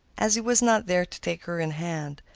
as he was not there to take her in hand.